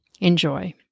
Enjoy